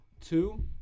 Two